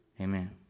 Amen